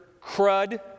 crud